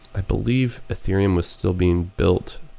i believe ethereum was still being built.